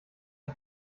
das